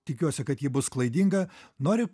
tikiuosi kad ji bus klaidinga nori